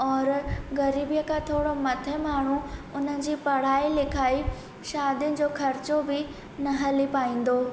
और ग़रीबीअ खां थोरो मथे माण्हू उन जी पढ़ाई लिखाई शादियुनि जो ख़र्चो बि न हली पाईंदो